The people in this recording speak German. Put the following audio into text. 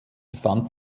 befand